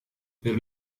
per